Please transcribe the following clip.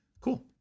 Cool